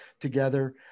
together